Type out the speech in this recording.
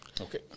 Okay